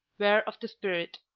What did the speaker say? were of the spirit,